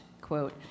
quote